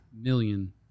million